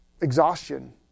exhaustion